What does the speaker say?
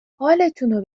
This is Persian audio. حالتونو